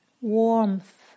warmth